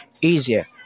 easier